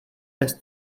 dnes